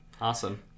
Awesome